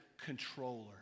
controller